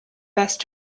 best